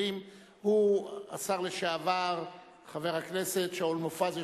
הוא השר לשעבר חבר הכנסת שאול מופז,